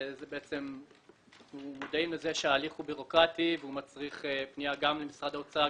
אנחנו מודעים לזה שההליך ביורוקרטי והוא מצריך פנייה גם למשרד האוצר,